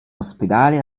ospedale